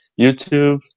YouTube